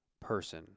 Person